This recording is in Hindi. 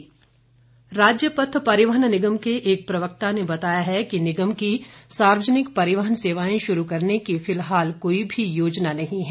परिवहन निगम राज्य पथ परिवहन निगम के एक प्रवक्ता ने बताया है कि निगम की सार्वजनिक परिवहन सेवाएं शुरू करने की फिलहाल कोई भी योजना नहीं है